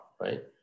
right